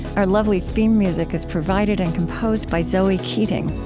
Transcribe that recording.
our lovely theme music is provided and composed by zoe keating.